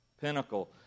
Pinnacle